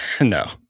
No